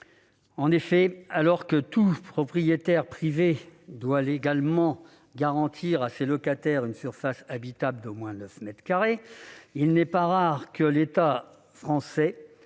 En effet, alors que tout propriétaire privé doit légalement garantir à ses locataires une surface habitable d'au moins neuf mètres carrés, il n'est pas rare que l'État français